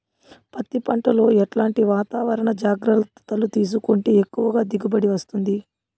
పత్తి పంట లో ఎట్లాంటి వాతావరణ జాగ్రత్తలు తీసుకుంటే ఎక్కువగా దిగుబడి వస్తుంది?